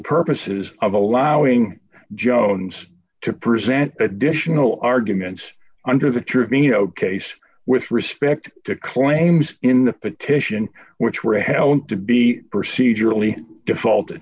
purposes of allowing jones to present additional arguments under the trivino case with respect to claims in the petition which were held to be procedurally defaulted